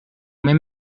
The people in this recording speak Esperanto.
mem